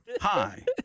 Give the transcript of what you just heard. Hi